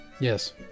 Yes